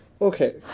Okay